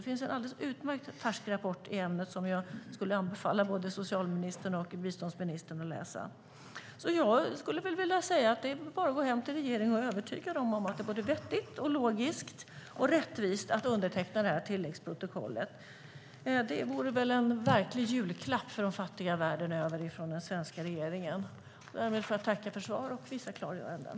Det finns en färsk rapport i ämnet som jag skulle anbefalla både socialministern och biståndsministern att läsa. Det är bara att gå hem till regeringen och övertyga den om att det är vettigt, logiskt och rättvist att underteckna tilläggsprotokollet. Det vore en verklig julklapp för de fattiga världen över från den svenska regeringen. Jag tackar därmed för svaret och vissa klargöranden.